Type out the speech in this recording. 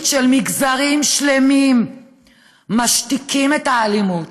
של מגזרים שלמים משתיקה את האלימות,